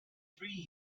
three